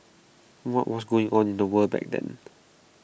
what was going on in the world back then